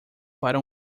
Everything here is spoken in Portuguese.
para